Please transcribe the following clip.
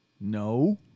No